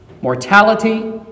mortality